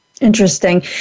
interesting